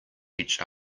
each